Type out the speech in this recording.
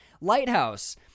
Lighthouse